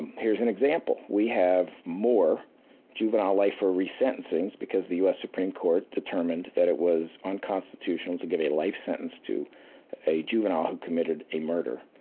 and here's an example, we have more juvenile lifer re-sentencings because the u. s. supreme court determined that it was unconstitutional to give a life sentence to a juvenile who committed a murder.